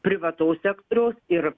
privataus sektoriaus ir